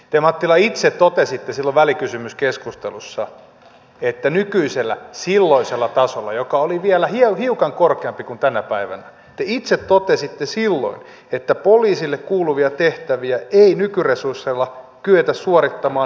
te mattila itse totesitte silloin välikysymyskeskustelussa että silloisella tasolla joka oli vielä hiukan korkeampi kuin tänä päivänä poliisille kuuluvia tehtäviä ei nykyresursseilla kyetä suorittamaan periaatteellisellakaan tasolla